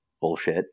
bullshit